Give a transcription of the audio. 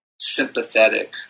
sympathetic